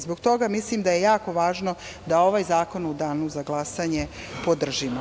Zbog toga mislim da je jako važno da ovaj zakon u danu za glasanje podržimo.